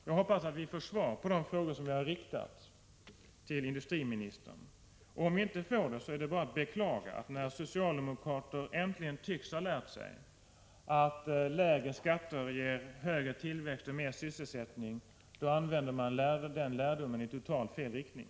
Jag hoppas att vi får svar på de frågor jag har riktat till industriministern. Om vi inte får det, är det bara att beklaga att när socialdemokrater äntligen tycks ha lärt sig att lägre skatter ger högre tillväxt och mer sysselsättning, så använder de den lärdomen i totalt fel riktning.